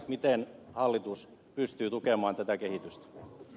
miten hallitus pystyy tukemaan tätä kehitystä